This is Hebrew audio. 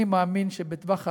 אני מאמין שבטווח הארוך,